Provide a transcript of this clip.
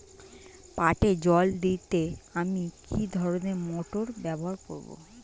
পাটে জল দিতে আমি কি ধরনের মোটর ব্যবহার করব?